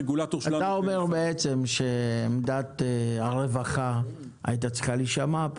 אתה אומר שעמדת הרווחה הייתה צריכה להישמע,